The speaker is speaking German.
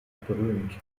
berühmt